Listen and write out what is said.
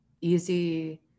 easy